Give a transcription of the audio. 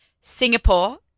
Singapore